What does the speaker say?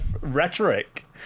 rhetoric